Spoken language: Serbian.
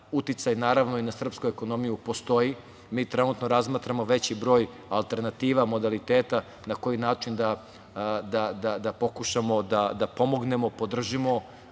uticaj, naravno i na srpsku ekonomiju postoji. Mi trenutno razmatramo i veći broj alternativa modaliteta na koji način da pokušamo da pomognemo, podržimo